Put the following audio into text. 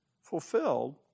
fulfilled